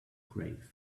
grave